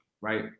right